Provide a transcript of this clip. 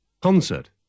Concert